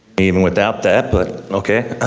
even without that, but okay.